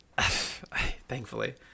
Thankfully